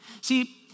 See